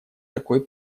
такой